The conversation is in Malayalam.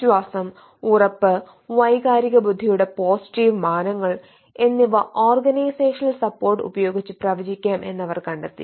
വിശ്വാസം ഉറപ്പ് വൈകാരിക ബുദ്ധിയുടെ പോസിറ്റീവ് മാനങ്ങൾ എന്നിവ ഓർഗനൈസേഷണൽ സപ്പോർട്ട് ഉപയോഗിച്ച് പ്രവചിക്കാം എന്ന് അവർ കണ്ടെത്തി